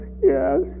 Yes